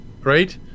right